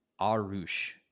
Arush